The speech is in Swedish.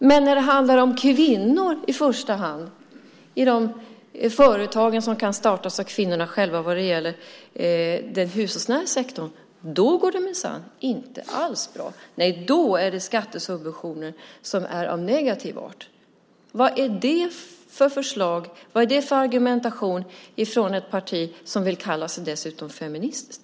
Men när det i första hand handlar om kvinnor i de företag som kan startas av kvinnor vad gäller den hushållsnära sektorn går det minsann inte alls bra. Nej, då är det skattesubventioner som är av negativ art! Vad är det för argumentation från ett parti som dessutom vill kalla sig för feministiskt?